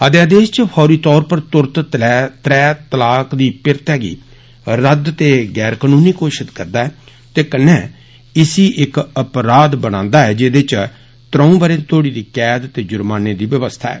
अध्यादेष च फौरी तौर पर तुरत त्रै तलाक दी पिरतै गी रद्द ते गौर कनूनी घोशित करदा ऐ ते कन्ने इसी इक अपराध बनांदा ऐ जेदे च त्रौं बरें तोड़ी दी कैद ते जुर्माने दी व्यवस्था ऐ